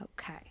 Okay